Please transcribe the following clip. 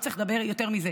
לא צריך לדבר יותר מזה,